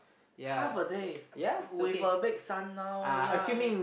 half a day with a big sun out